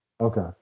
Okay